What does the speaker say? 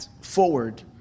forward